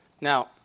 Now